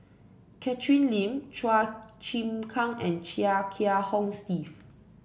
Catherine Lim Chua Chim Kang and Chia Kiah Hong Steve